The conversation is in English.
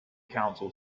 council